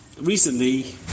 recently